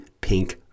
pink